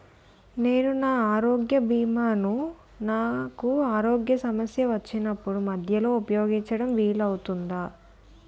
నేను నా ఆరోగ్య భీమా ను నాకు ఆరోగ్య సమస్య వచ్చినప్పుడు మధ్యలో ఉపయోగించడం వీలు అవుతుందా?